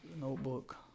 Notebook